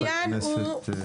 חברת הכנסת מירב בן ארי.